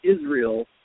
Israel